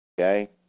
Okay